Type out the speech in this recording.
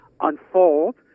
unfold